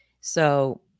So-